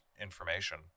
information